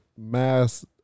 mass